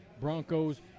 Broncos